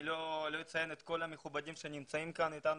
אני לא אציין את כל המכובדים שנמצאים כאן אתנו.